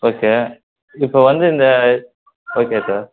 okay இப்போது வந்து இந்த ஓகே சார்